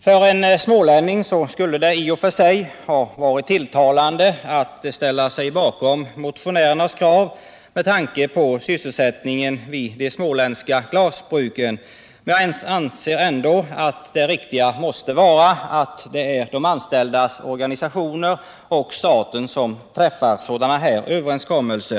För en smålänning skulle det i och för sig ha varit tilltalande att ställa sig bakom motionärernas krav, med tanke på sysselsättningen vid de småländska glasbruken, men jag anser ändå att det riktiga måste vara att de anställdas organisationer och staten träffar överenskommelse.